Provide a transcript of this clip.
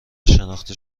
شناخته